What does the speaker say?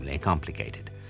complicated